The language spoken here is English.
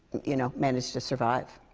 you know, manage to survive.